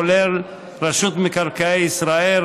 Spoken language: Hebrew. כולל רשות מקרקעי ישראל,